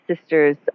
sister's